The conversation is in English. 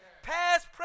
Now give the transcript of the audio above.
past